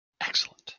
Excellent